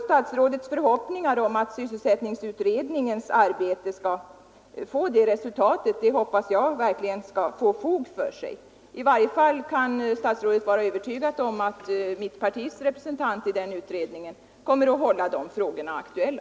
Statsrådets önskan att sysselsättningsutredningens arbete skall få det resultatet hoppas jag verkligen skall infrias. I varje fall kan statsrådet vara övertygad om att mitt partis representant i den utredningen kommer att hålla de frågorna aktuella.